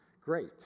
great